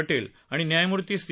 पटेल आणि न्यायमूर्ती सी